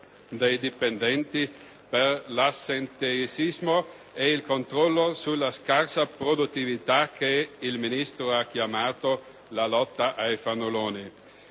dei dipendenti, per l'assenteismo e il controllo sulla scarsa produttività, che il Ministro ha chiamato «lotta ai fannulloni».